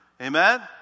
Amen